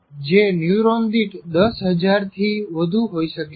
જે ન્યૂરોન દીઠ 10000 થી વધુ હોઈ શકે છે